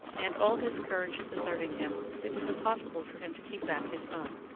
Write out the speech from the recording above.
and, all his courage deserting him, it was impossible for him to keep back his own,